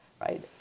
right